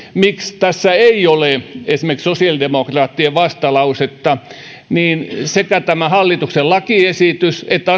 miksi tässä ei ole esimerkiksi sosiaalidemokraattien vastalausetta sekä tämä hallituksen lakiesitys että